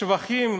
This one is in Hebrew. שבחים.